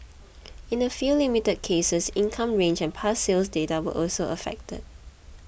in a few limited cases income range and past sales data were also affected